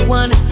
one